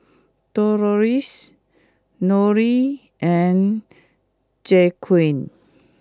Delois Lonie and Jaquez